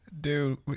Dude